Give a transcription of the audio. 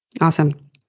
Awesome